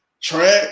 track